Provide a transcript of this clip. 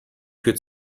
could